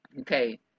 Okay